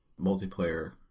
multiplayer